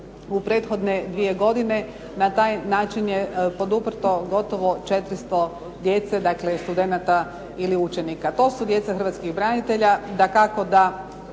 u prethodne dvije godine na taj način je poduprto gotovo 400 djece, dakle studenata ili učenika. To su djeca hrvatskih branitelja.